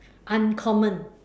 uncommon